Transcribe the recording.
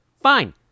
Fine